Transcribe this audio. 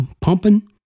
pumping